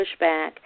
pushback